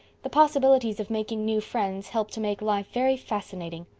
the possibilities of making new friends help to make life very fascinating.